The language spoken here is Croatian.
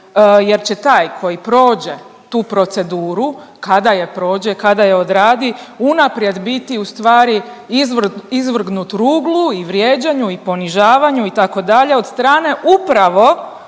jer će taj koji prođe tu proceduru, kada je prođe, kada je odradi unaprijed biti u stvari izvrgnut ruglu i vrijeđanju i ponižavanju itd. od strane upravo